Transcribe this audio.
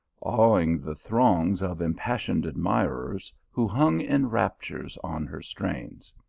awing the throngs of impassioned admirers who hung in raptures on her strains.